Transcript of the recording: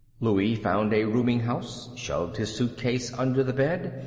louie found a rooming-house, shoved his suitcase under the bed,